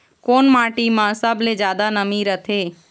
कोन माटी म सबले जादा नमी रथे?